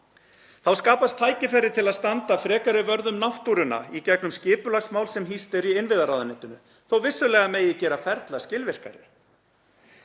Þá skapast tækifæri til að standa frekari vörð um náttúruna í gegnum skipulagsmál sem hýst eru í innviðaráðuneytinu þótt vissulega megi gera ferla skilvirkari.